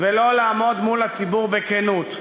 ולא לעמוד מול הציבור בכנות.